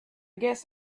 guess